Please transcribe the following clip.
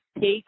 take